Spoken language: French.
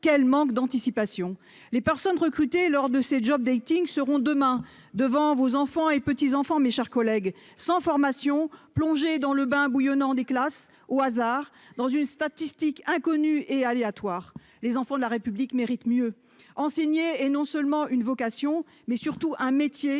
Quel manque d'anticipation, surtout ! Les personnes recrutées lors de ces séances de exerceront demain devant vos enfants et petits-enfants, mes chers collègues, sans formation, plongés dans le bain bouillonnant des classes, au hasard, selon une statistique inconnue et aléatoire. Les enfants de la République méritent mieux que cela. Enseigner est non seulement une vocation, mais surtout un métier,